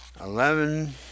eleven